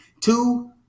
Two